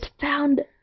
found